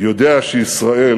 יודע שישראל